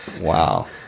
Wow